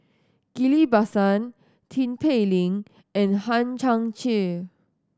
Ghillie Basan Tin Pei Ling and Hang Chang Chieh